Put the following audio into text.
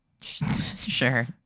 Sure